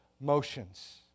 motions